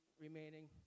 remaining